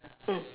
mm